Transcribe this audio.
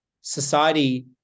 society